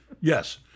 Yes